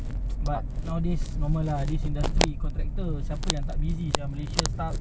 but nowadays normal lah this industry contractor siapa yang tak busy sia malaysia staff